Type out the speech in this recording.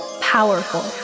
powerful